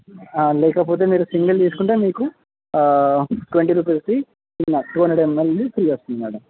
లేకపోతే మీరు సింగిల్ తీసుకంటే మీకు ట్వంటీ రూపీస్ది టిన్ టూ హండ్రెడ్ యమ్ఎల్ది ఫ్రీ వస్తుంది మేడం